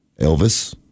Elvis